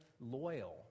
loyal